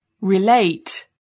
relate